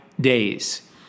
days